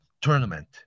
tournament